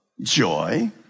joy